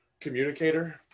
communicator